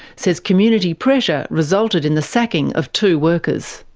says community pressure resulted in the sacking of two workers.